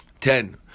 ten